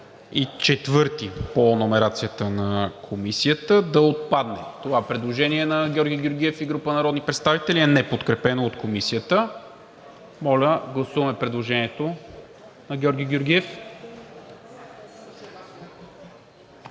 и § 4 по номерацията на Комисията да отпадне. Това предложение на Георги Георгиев и група народни представител е неподкрепено от Комисията. Моля, гласуваме предложението на Георги Георгиев.